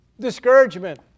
discouragement